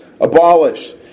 Abolish